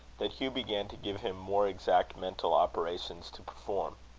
that hugh began to give him more exact mental operations to perform.